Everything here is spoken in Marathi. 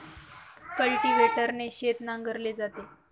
कल्टिव्हेटरने शेत नांगरले जाते